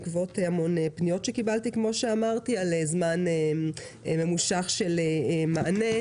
בעקבות המון פניות שקיבלתי על זמן ממושך של מענה.